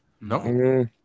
no